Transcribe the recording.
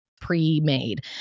pre-made